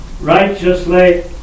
righteously